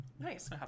Nice